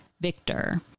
Victor